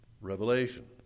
Revelation